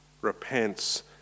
repents